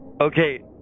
Okay